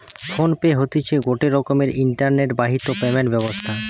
phone pay হতিছে গটে রকমের ইন্টারনেট বাহিত পেমেন্ট ব্যবস্থা